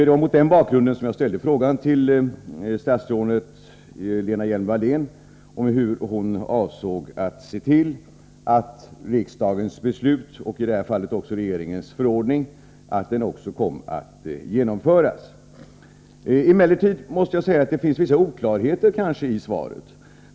Det var mot den bakgrunden jag ställde frågan till statsrådet Lena Hjelm-Wallén om hur hon avsåg att se till att riksdagens beslut och regeringens förordning kom att genomföras. Det finns emellertid vissa oklarheter i svaret.